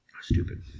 Stupid